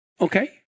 okay